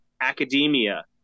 academia